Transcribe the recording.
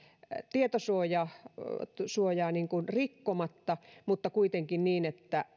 tietosuojaa tietosuojaa rikkomatta mutta kuitenkin niin että